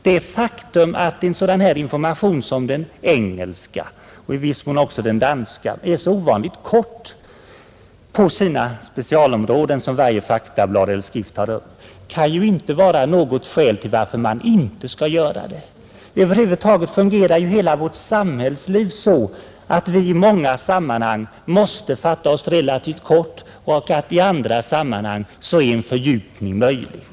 Det faktum att en sådan information som den engelska och i viss mån också den danska är så ovanligt kortfattad på de specialområden som varje faktablad eller skrift tar upp, kan inte vara skäl till att man inte skall göra på detta sätt. Över huvud taget fungerar hela vårt samhällsliv så att vi i många sammanhang måste fatta oss relativt kort — medan en fördjupning är möjlig i andra sammanhang.